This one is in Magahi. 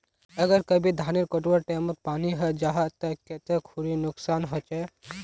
अगर कभी धानेर कटवार टैमोत पानी है जहा ते कते खुरी नुकसान होचए?